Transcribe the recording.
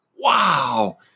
wow